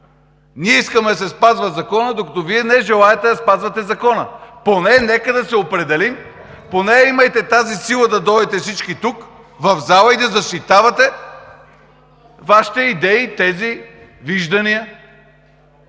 Ние искаме да се спазва законът, докато Вие не желаете да спазвате закона. Поне нека да се определим, поне имайте тази сила да дойдете всички тук, в залата, и да защитавате идеи, тези, виждания.